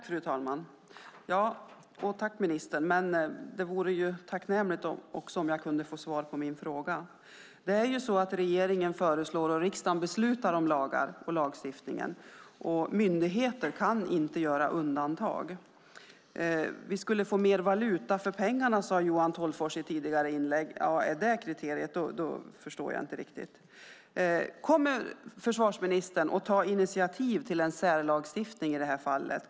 Fru talman! Tack, ministern! Det vore dock tacknämligt om jag också kunde få svar på min fråga. Det är ju så att regeringen föreslår och riksdagen beslutar om lagar och lagstiftning, och myndigheter kan inte göra undantag. Vi skulle få mer valuta för pengarna, sade Johan Forssell i ett tidigare inlägg. Om det är kriteriet förstår jag inte riktigt. Kommer försvarsministern att ta initiativ till en särlagstiftning i det här fallet?